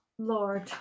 Lord